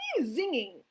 zinging